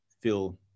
feel